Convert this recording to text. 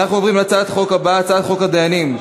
לוועדת הכלכלה.